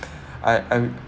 I I